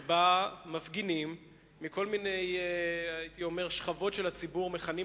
שבה מפגינים מכל מיני שכבות של הציבור מכנים